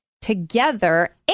together